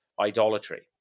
idolatry